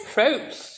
Fruits